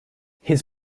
his